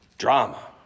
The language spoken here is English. Drama